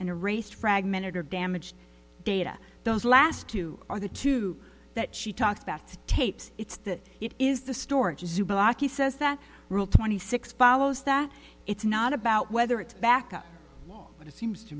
and erased fragmented or damaged data those last two are the two that she talks about tapes it's that it is the storage is a blocky says that twenty six follows that it's not about whether it's back up but it seems to